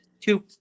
Two